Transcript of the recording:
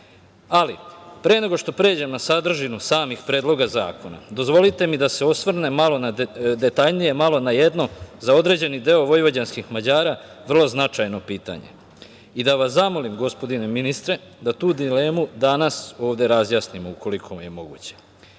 nego što pređem na sadržinu samih predloga zakona, dozvolite mi da se malo detaljnije osvrnem na jedno, za određeni deo vojvođanskih Mađara, vrlo značajno pitanje i da vas zamolim, gospodine ministre, da tu dilemu danas ovde razjasnimo, ukoliko je moguće. Od